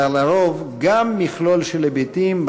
אלא לרוב גם מכלול של היבטים,